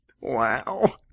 Wow